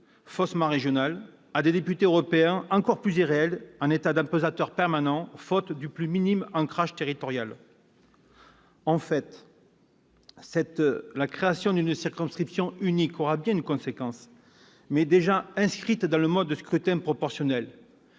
faussement régionaux, nous aurons des députés européens encore plus irréels, en état d'apesanteur permanent faute du plus minime ancrage territorial. En fait, la création d'une circonscription unique aura bien une conséquence, mais celle-ci est déjà inscrite dans le mode de scrutin proportionnel